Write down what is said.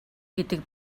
гэдэг